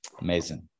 amazing